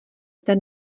den